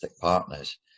partners